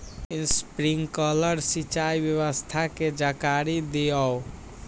Sprinkler सिंचाई व्यवस्था के जाकारी दिऔ?